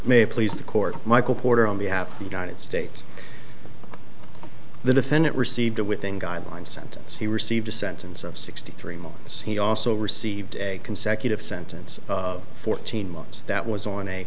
may please the court michael porter only have united states the defendant received a within guidelines sentence he received a sentence of sixty three months he also received a consecutive sentence of fourteen months that was on a